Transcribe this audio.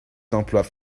d’emplois